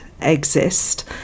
exist